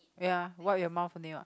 ya wipe your mouth only what